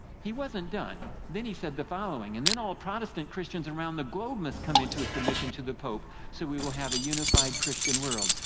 he wasn't done. then he said the following, and then all protestant christians around the globe must come into submission to the pope so we will have a unified christian world.